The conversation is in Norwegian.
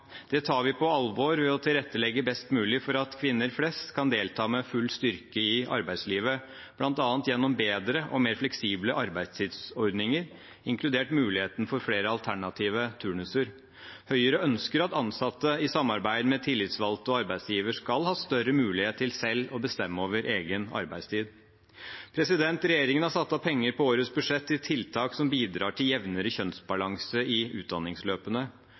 Det tar vi på alvor ved å tilrettelegge best mulig for at kvinner flest kan delta med full styrke i arbeidslivet, bl.a. gjennom bedre og mer fleksible arbeidstidsordninger, inkludert muligheten for flere alternative turnuser. Høyre ønsker at ansatte i samarbeid med tillitsvalgte og arbeidsgiver skal ha større mulighet til selv å bestemme over egen arbeidstid. Regjeringen har satt av penger på årets budsjett til tiltak som bidrar til jevnere kjønnsbalanse i utdanningsløpene.